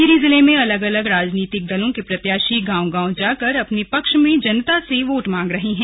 टिहरी जिले में अलग अलग राजनीतिक दलों के प्रत्याशी गांव गांव जाकर अपने पक्ष में जनता से वोट मांग रहे हैं